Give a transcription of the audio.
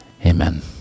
Amen